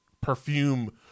perfume